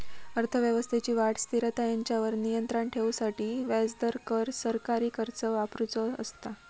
अर्थव्यवस्थेची वाढ, स्थिरता हेंच्यावर नियंत्राण ठेवूसाठी व्याजदर, कर, सरकारी खर्च वापरुचो असता